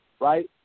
right